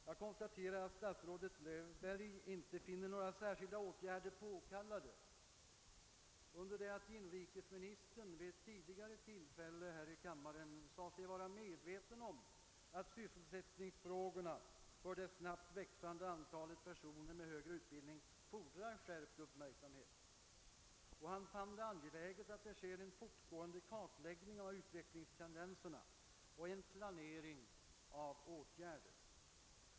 Jag konstaterar att statsrådet Löfberg inte finner några särskilda åtgärder påkallade, under det att inrikesministern vid ett tidigare tillfälle i kammaren sade sig vara medveten om att sysselsättningsfrågorna för det snabbt växande antalet personer med högre utbildning fordrar skärpt uppmärksamhet. Statsrådet Holmqvist fann det angeläget med en fortgående kartläggning av utvecklingstendenserna och en planering av åtgärder.